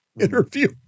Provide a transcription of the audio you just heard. interview